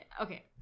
okay